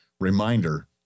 reminder